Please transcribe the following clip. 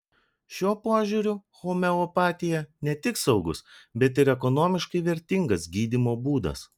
šiuo požiūriu homeopatija ne tik saugus bet ir ekonomiškai vertingas gydymo būdas